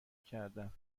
کردم